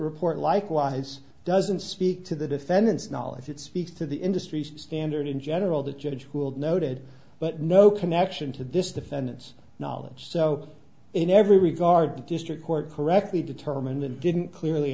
report likewise doesn't speak to the defendant's knowledge it speaks to the industry's standard in general the judge ruled noted but no connection to this defendant's knowledge so in every regard the district court correctly determined it didn't clearly